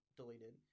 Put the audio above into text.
deleted